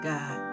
God